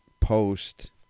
post